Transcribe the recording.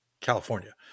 california